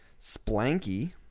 Splanky